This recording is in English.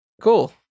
cool